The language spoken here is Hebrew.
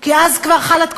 כי אז כבר חלה,